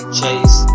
chase